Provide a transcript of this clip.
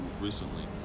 recently